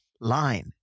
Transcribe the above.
line